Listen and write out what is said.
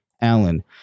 Allen